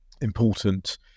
important